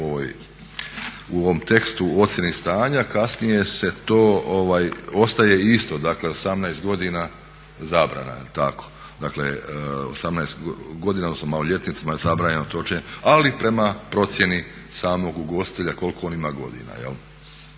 u ovom tekstu u ocijeni stanja, kasnije to ostaje isto dakle 18 godina zabrana. Dakle 18 godina, odnosno maloljetnicima je zabranjeno točenje, ali prema procjeni samog ugostitelja koliko on ima godina. On